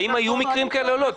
האם היו מקרים כאלה או לא?